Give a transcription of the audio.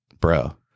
bro